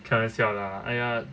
开玩笑 lah